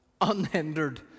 unhindered